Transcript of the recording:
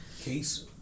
Case